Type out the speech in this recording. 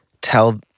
tell